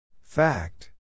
Fact